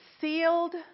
sealed